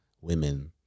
women